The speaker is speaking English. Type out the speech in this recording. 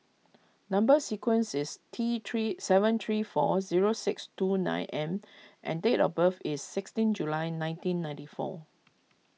Number Sequence is T three seven three four zero six two nine M and date of birth is sixteen July nineteen ninety four